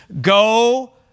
Go